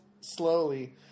slowly